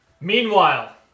Meanwhile